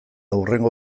hurrengo